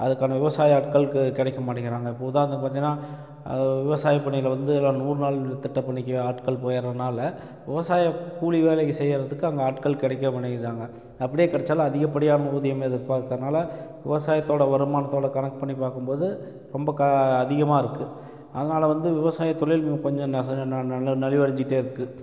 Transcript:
அதுக்கான விவசாய ஆட்கள் இப்போ கிடைக்க மாட்டேங்கிறாங்க இப்போ உதாரணத்துக்கு பார்த்திங்கன்னா விவசாய பணியில் வந்து எல்லாம் நூறு நாள் திட்டம் பணிக்கு ஆட்கள் போயிடுறதுனால் விவாசாய கூலி வேலைங்க செய்கிறதுக்கு அங்கே ஆட்கள் கிடைக்க மாட்டேங்கிறாங்க அப்படியே கிடச்சாலும் அதிகப்படியான ஊதியமும் எதிர்பார்க்கிறனால விவசாயத்தோடய வருமானத்தோடய கணக்கு பண்ணி பார்க்கும் போது ரொம்ப க அதிகமாக இருக்குது அதனால வந்து விவசாய தொழில் இன்னும் கொஞ்சம் ந ந ந ந நலிவடஞ்சிக்கிட்டு இருக்குது